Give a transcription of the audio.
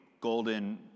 golden